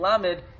Lamed